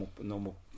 normal